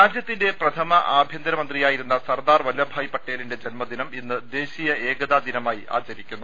രാജ്യത്തിന്റെ പ്രഥമ ആഭ്യന്തരമന്ത്രിയായിരുന്ന സർദാർ വല്ലഭായ് പട്ടേലിന്റെ ജന്മദിനം ഇന്ന് ദേശീയ ഏകതാദിനമായി ആചരിക്കുന്നു